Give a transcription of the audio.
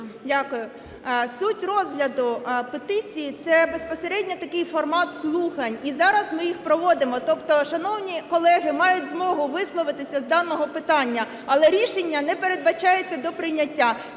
Дякую. Суть розгляду петиції – це безпосередньо такий формат слухань, і зараз ми їх проводимо. Тобто шановні колеги мають змогу висловитися з даного питання, але рішення не передбачається до прийняття.